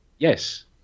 Yes